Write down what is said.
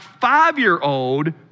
five-year-old